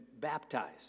baptized